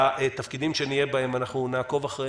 בתפקידים שנהיה בהם, אנחנו נעקוב אחריהם.